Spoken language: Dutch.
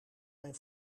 mijn